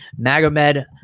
magomed